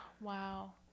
Wow